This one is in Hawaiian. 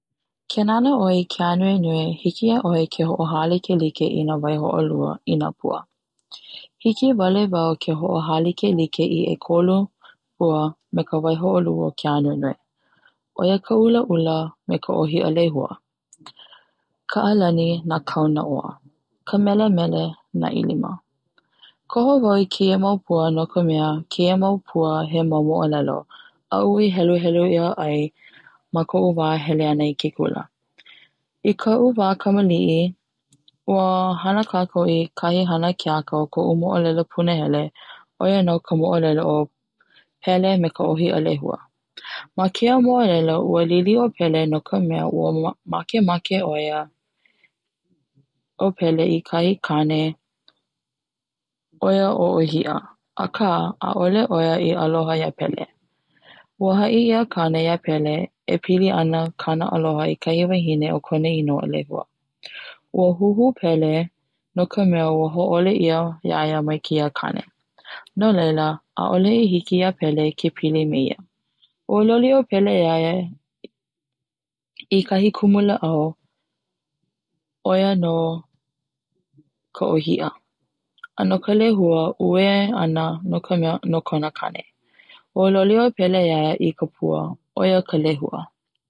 Ke nana ʻoe i ke ānuenue hiki iaʻoe ke hoʻohalikelike i na waihoʻoluʻi nā pua. hiki wale wau ke hoʻohalikelike i 3 pua me ka waihoʻoluʻu o ke Ānuenue ʻo ia ka ʻulaʻula me ka pua ʻōhia ka alani na kaunaoa ka melemele nā ʻilima Koho wau i keia mau pua no ka mea, keia mau pua he mau moʻolelo aʻu i heluhelu ai ma ka koʻu wa hele ana i ke kula, i kaʻu wa kula kamaliʻi ua hana kakou i kahi hana keaka a koʻu moʻolelo punahele ʻo ia no ka moʻolelo o pele me ka ʻohiʻa lehua, ma keia moʻolelo ua lili o pele no ka mea ua makemake o pele i kahi kane o ʻohiʻa aka ʻaʻole ʻo ia i aloha ia pele, ua haʻi ia kane ia pele e pili ana kana aloha i kahi wahine o kona inoa o lehua, ua huhu o pele no ka mea ua hoʻole ia iaia mai keia kane, no laila ʻaʻole i hiki ia pele ke pili meia, ua loli o pele iaia o kahi kumulaʻau, a no ka lehua uē ana no kona kane, ua loli o pele iaia i kahi pua ʻo ia no ka lehua.